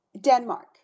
Denmark